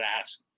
ask